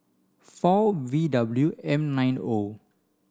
four V W M nine O